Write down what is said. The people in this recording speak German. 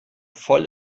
voll